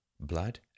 blood